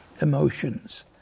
emotions